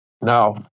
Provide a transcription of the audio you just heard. Now